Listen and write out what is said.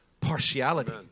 partiality